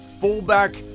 fullback